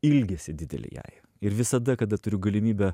ilgesį didelį jai ir visada kada turiu galimybę